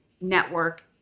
network